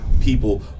people